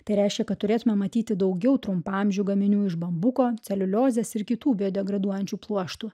tai reiškia kad turėtume matyti daugiau trumpaamžių gaminių iš bambuko celiuliozės ir kitų degraduojančių pluoštų